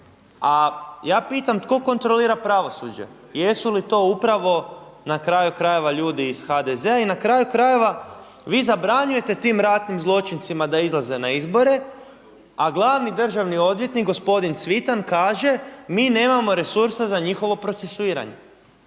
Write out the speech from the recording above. A ja pitam tko kontrolira pravosuđe? Jesu li to upravo na kraju krajeva ljudi iz HDZ-a i na kraju krajeva vi zabranjujete tim ratnim zločincima da izlaze na izbore, a glavni državni odvjetnik gospodin Cvitan kaže mi nemamo resursa za njihovo procesuiranje.